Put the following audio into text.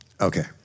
Okay